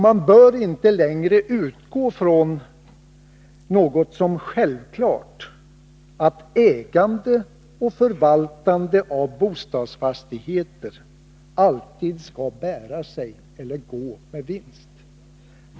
Man bör inte längre utgå från som något självklart att ägande och förvaltande av bostadsfastigheter alltid skall bära sig eller gå med vinst.